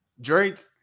Drake